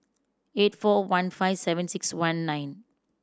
eight four one five seven six one nine